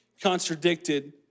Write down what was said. contradicted